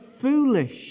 foolish